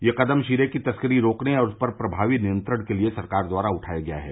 यह कदम शीरे की तस्करी रोकने और उस पर प्रभावी नियंत्रण के लिए सरकार द्वारा उठाया गया है